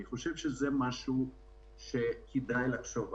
אני חושב שזה משהו שכדאי לחשוב עליו.